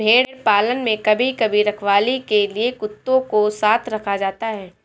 भेड़ पालन में कभी कभी रखवाली के लिए कुत्तों को साथ रखा जाता है